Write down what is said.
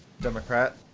Democrat